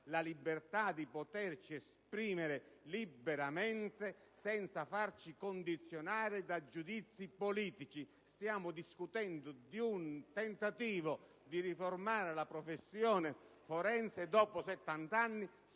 la libertà di poterci esprimere liberamente, senza farci condizionare da giudizi politici. Stiamo discutendo di un tentativo di riformare la professione forense dopo